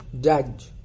judge